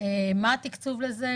מה התקצוב לזה?